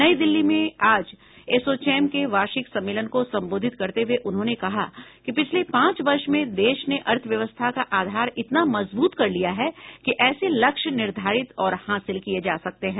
नई दिल्ली में आज एसोचैम के वार्षिक सम्मेलन को संबोधित करते हुए उन्होंने कहा कि पिछले पांच वर्ष में देश ने अर्थव्यवस्था का आधार इतना मजबूत कर लिया है कि ऐसे लक्ष्य निर्धारित और हासिल किये जा सकते हैं